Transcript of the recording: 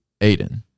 Aiden